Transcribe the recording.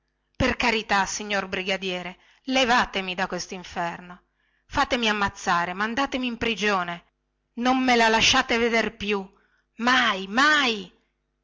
per carità signor brigadiere levatemi da questo inferno fatemi ammazzare mandatemi in prigione non me la lasciate veder più mai mai